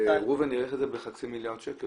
ראובן העריך את מה שחסר בחצי מיליארד שקל